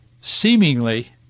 seemingly